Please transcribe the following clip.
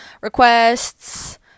requests